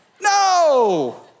No